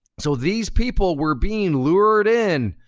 so these people were being lured in,